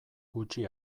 gutxi